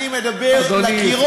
אני מדבר לקירות.